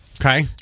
Okay